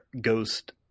Ghost